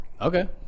Okay